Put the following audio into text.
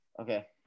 okay